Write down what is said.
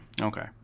okay